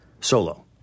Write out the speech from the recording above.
Solo